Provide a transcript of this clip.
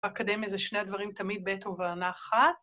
‫באקדמיה זה שני הדברים, ‫תמיד בעת ובעונה אחת.